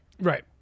Right